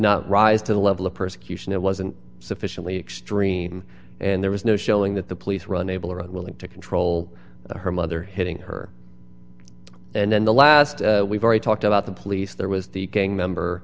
not rise to the level of persecution it wasn't sufficiently extreme and there was no showing that the police run able or unwilling to control her mother hitting her and then the last we've already talked about the police there was the gang member